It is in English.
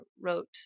wrote